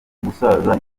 gusaza